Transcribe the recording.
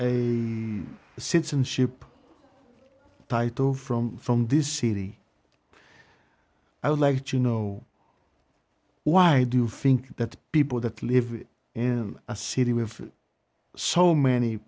and ship title from from this city i would like to know why do fink that people that live in a city with so many